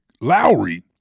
Lowry